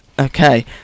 Okay